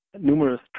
numerous